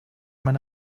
meine